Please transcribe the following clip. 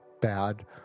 bad